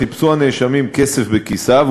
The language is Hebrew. חיפשו הנאשמים כסף בכיסיו,